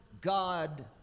God